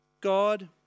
god